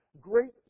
great